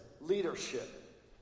leadership